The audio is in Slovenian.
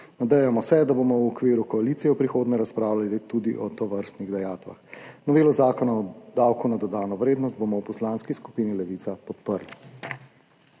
Nadejamo se, da bomo v okviru koalicije v prihodnje razpravljali tudi o tovrstnih dajatvah. Novelo Zakona o davku na dodano vrednost bomo v Poslanski skupini Levica podprli.